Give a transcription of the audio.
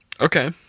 Okay